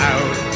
Out